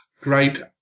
great